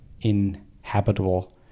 inhabitable